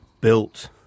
built